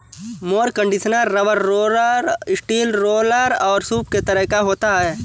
mower conditioner rubber roller, steel roller और सूप के तरह का होता है